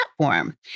platform